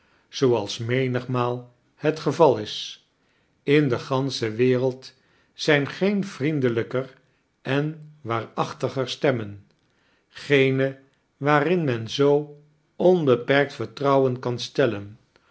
zooals menigmaal het geval is in de gansche wereld zijn geen vriendelijker en waarachtiger stemmen geene waarin men zoo onbeperkt vertrouwen kan stellen